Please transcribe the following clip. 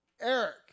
Eric